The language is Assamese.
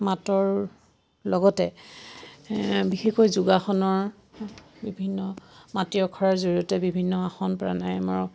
মাতৰ লগতে বিশেষকৈ যোগাসনৰ বিভিন্ন মাটি অখৰাৰ জৰিয়তে বিভিন্ন আসন প্ৰণায়মৰ